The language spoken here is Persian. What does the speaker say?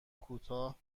کوتاه